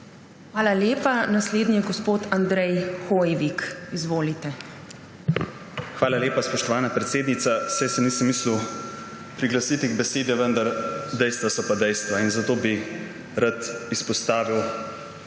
Hvala lepa. Naslednji je gospod Andrej Hoivik. Izvolite. **ANDREJ HOIVIK (PS SDS):** Hvala lepa, spoštovana predsednica. Saj se nisem mislil priglasiti k besedi, vendar dejstva so pa dejstva. Zato bi rad izpostavil